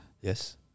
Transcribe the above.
Yes